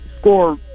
score